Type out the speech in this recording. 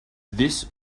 this